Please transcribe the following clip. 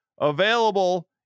Available